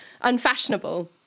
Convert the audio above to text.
unfashionable